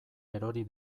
erori